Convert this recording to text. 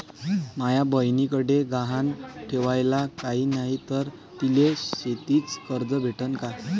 माया बयनीकडे गहान ठेवाला काय नाही तर तिले शेतीच कर्ज भेटन का?